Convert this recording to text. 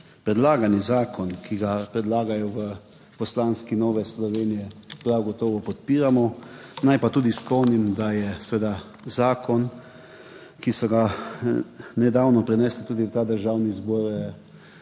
predlagani zakon, ki ga predlagajo v Poslanski skupini Nova Slovenija, prav gotovo podpiramo. Naj pa tudi spomnim, da je seveda zakon, ki so ga nedavno prinesli v Državni zbor